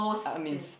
I mean